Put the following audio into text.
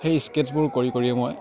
সেই স্কেটছবোৰ কৰি কৰিয়ে মই